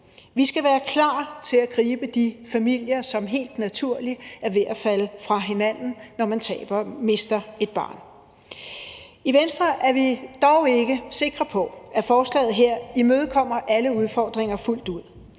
Vi skal være klar til at gribe de familier, som helt naturligt er ved at falde fra hinanden, når de mister et barn. I Venstre er vi dog ikke sikre på, at forslaget her imødekommer alle udfordringer fuldt ud.